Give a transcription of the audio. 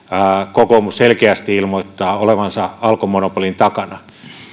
kokoomus selkeästi ilmoittaa olevansa alkon monopolin takana